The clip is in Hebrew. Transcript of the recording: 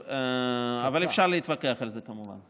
אבל אפשר להתווכח על זה, כמובן.